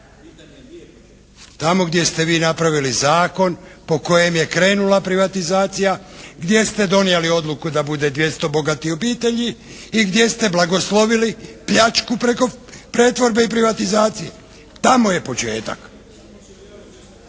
Tamo gdje ste vi napravili zakon po kojem je krenula privatizacija, gdje ste donijeli odluku da bude 200 bogatih obitelji i gdje ste blagoslovili pljačku preko pretvorbe i privatizacije. Tamo je početak.